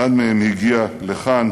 אחד מהם הגיע לכאן